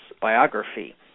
biography